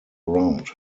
around